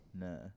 No